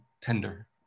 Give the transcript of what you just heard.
tender